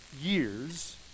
years